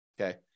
okay